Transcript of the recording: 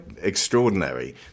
extraordinary